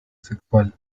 sexual